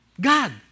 God